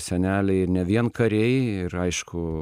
seneliai ir ne vien kariai ir aišku